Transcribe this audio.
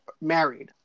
married